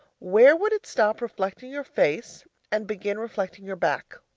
where would it stop reflecting your face and begin reflecting your back?